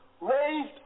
raised